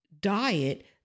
diet